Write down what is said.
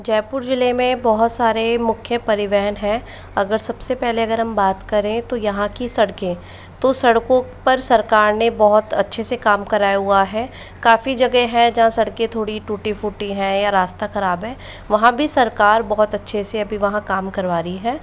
जयपुर जिले में बहुत सारे मुख्य परिवहन हैं अगर सबसे पहले अगर हम बात करें तो यहाँ की सड़कें तो सड़कों पर सरकार ने बहुत अच्छे से काम कराया हुआ है काफ़ी जगह हैं जहाँ सड़कें थोड़ी टूटी फूटी हैं या रास्ता ख़राब है वहां भी सरकार बहुत अच्छे से अभी वहां काम करवा रही है